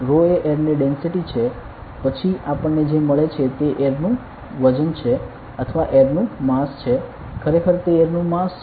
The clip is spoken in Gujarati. રો એ એર ની ડેન્સિટિ છે પછી આપણને જે મળે છે તે એરનું વજન છે અથવા એરનું માસ છે ખરેખર તે એરનું માસ છે